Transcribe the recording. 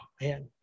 man